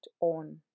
on